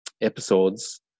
episodes